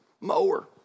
mower